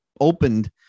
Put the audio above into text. opened